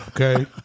Okay